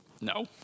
No